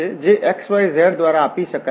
જે x y z દ્વારા આપી શકાય છે